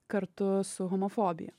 kartu su homofobija